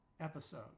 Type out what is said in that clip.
episode